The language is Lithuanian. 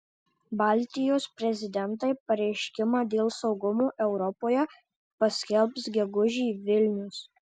baltijos prezidentai pareiškimą dėl saugumo europoje paskelbs gegužį vilnius